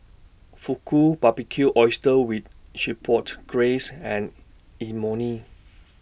Fugu Barbecued Oysters with Chipotle Glaze and Imoni